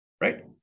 Right